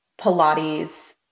pilates